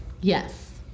Yes